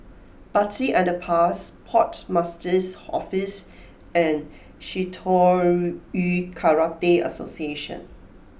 Bartley Underpass Port Master's Office and Shitoryu Karate Association